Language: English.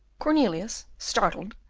cornelius, startled,